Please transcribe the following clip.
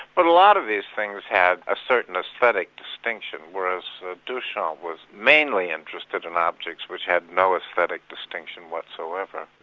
but a lot of these things had a certain aesthetic distinction, whereas duchamp was mainly interested in objects which had no aesthetic distinction whatsoever.